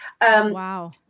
Wow